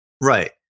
Right